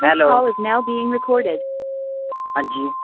hello call is now being recorded ਹਾਂਜੀ